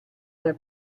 era